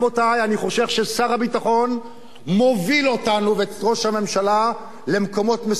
אני חושב ששר הביטחון מוביל אותנו ואת ראש הממשלה למקומות מסוכנים.